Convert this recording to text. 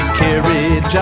carried